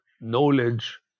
knowledge